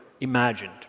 imagined